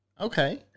Okay